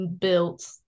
built